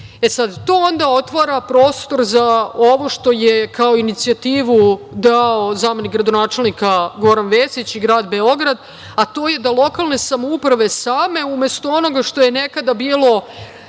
onda otvara prostor za ovo što je kao inicijativu dao zamenik gradonačelnika Goran Vesić i grad Beograd, a to je da lokalne samouprave same umesto onoga što je nekada bilo,